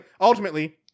ultimately